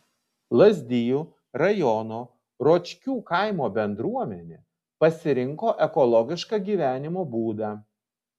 lazdijų rajono ročkių kaimo bendruomenė pasirinko ekologišką gyvenimo būdą